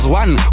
one